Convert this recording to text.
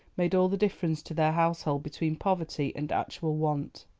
made all the difference to their household between poverty and actual want.